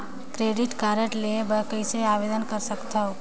Credit card लेहे बर कइसे आवेदन कर सकथव?